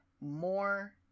more